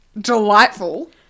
delightful